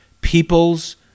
people's